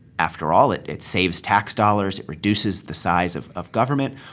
after all, it it saves tax dollars. it reduces the size of of government.